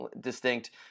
distinct